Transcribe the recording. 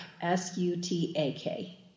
S-U-T-A-K